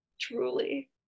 truly